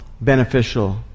beneficial